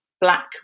Black